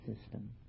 system